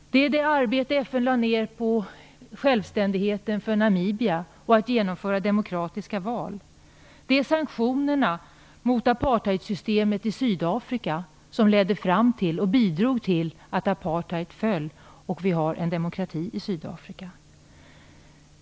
Det är det arbete FN lade ned på självständigheten för Namibia och för att genomföra demokratiska val. Det är sanktionerna mot apartheidsystemet i Sydafrika som ledde fram och bidrog till att apartheid föll och att vi har en demokrati i Sydafrika.